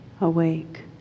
awake